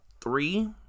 three